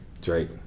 Drake